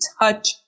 touch